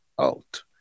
out